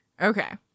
okay